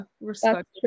Respect